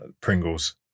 Pringles